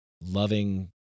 loving